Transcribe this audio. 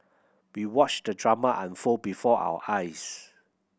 we watched the drama unfold before our eyes